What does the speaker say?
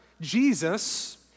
Jesus